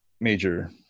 major